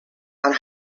and